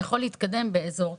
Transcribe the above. שאני יכול להתקדם באזור כזה.